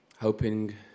hoping